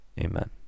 Amen